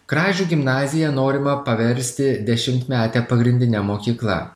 kražių gimnaziją norima paversti dešimtmete pagrindine mokykla